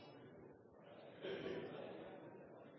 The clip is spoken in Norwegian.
er ute